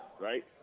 right